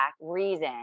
reason